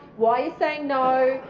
why are you saying no,